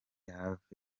hafi